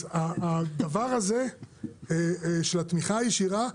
אז הדבר הזה שהתמיכה הישירה,